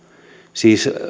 siis